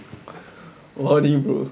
brother